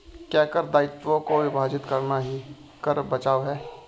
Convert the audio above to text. क्या कर दायित्वों को विभाजित करना ही कर बचाव है?